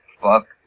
fuck